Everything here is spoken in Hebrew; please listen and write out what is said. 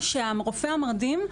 גם למשרד הבריאות,